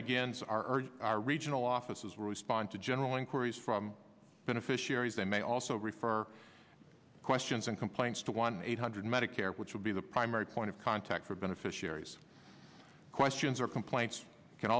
begins our regional offices will respond to general inquiries from beneficiaries they may also refer questions and complaints to one eight hundred medicare which will be the primary point of contact for beneficiaries questions or complaints can